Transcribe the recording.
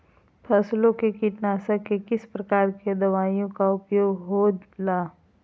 फसलों के कीटनाशक के किस प्रकार के दवाइयों का उपयोग हो ला?